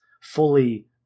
fully